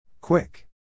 Quick